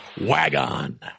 Wagon